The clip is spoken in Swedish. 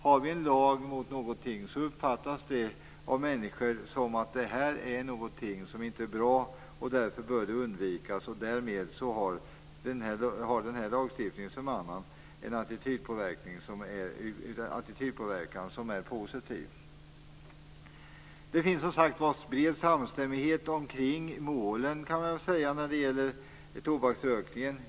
Finns det en lag mot någonting uppfattas det som ett förbud mot något som inte är bra och som därför bör undvikas. Därmed har denna lagstiftning en attitydpåverkan som är positiv. Det finns, som sagt, en bred samstämmighet kring målen när det gäller tobaksrökningen.